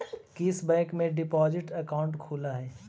किस बैंक में deposit account खुलअ हई